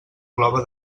clova